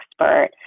expert